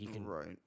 Right